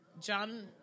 John